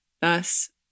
Thus